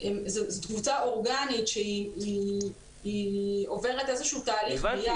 זאת קבוצה אורגנית שעוברת איזה שהוא תהליך ביחד.